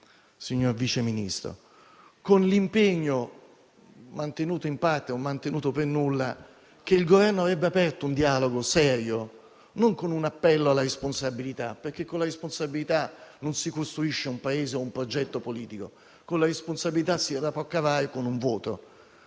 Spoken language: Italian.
signor Vice Ministro, con l'impegno - mantenuto in parte o mantenuto per nulla - che il Governo avrebbe aperto un dialogo serio, non con un appello alla responsabilità, perché con la responsabilità non si costruisce un Paese o un progetto politico; con la responsabilità è possibile cavarsela con un voto.